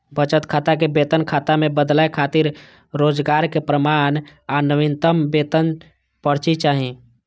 बचत खाता कें वेतन खाता मे बदलै खातिर रोजगारक प्रमाण आ नवीनतम वेतन पर्ची चाही